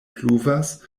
pluvas